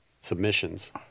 submissions